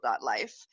Life